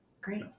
great